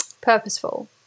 purposeful